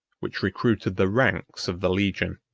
which recruited the ranks of the legion.